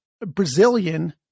Brazilian